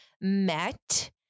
met